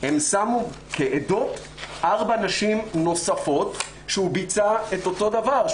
הם שמו כעדות ארבע נשים נוספות שהוא ביצע את אותו דבר,